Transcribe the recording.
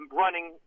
running